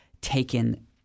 taken